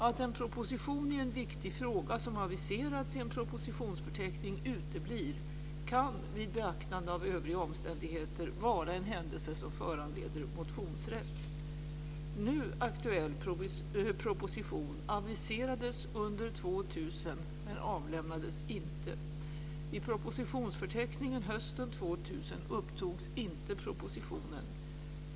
Att en proposition i en viktig fråga som aviserats i en propositionsförteckning uteblir kan vid beaktande av övriga omständigheter vara en händelse som föranleder motionsrätt. Nu aktuell proposition aviserades under 2000 men avlämnades inte. I propositionsförteckningen hösten 2000 upptogs inte propositionen.